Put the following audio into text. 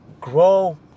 grow